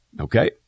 okay